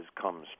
comes